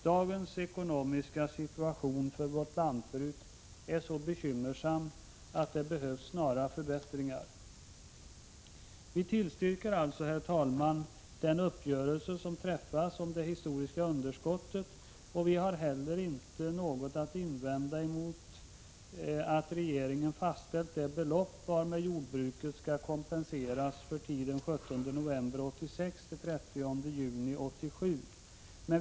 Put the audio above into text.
Dagens ekonomiska situation för vårt jordbruk är så bekymmersam att det behövs snara förbättringar. Vi tillstyrker alltså, herr talman, den uppgörelse som har träffats om det historiska underskottet. Vi har heller inte något att invända mot att regeringen har fastställt det belopp varmed jordbruket skall kompenseras för tiden den 17 november 1986-den 30 juni 1987.